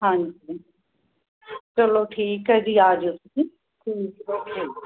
ਹਾਂਜੀ ਚਲੋ ਠੀਕ ਹੈ ਜੀ ਆ ਜਿਓ ਤੁਸੀਂ